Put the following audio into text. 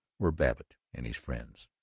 were babbitt and his friends.